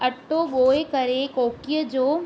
अटो गोहे करे कोकीअ जो